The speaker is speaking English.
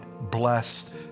blessed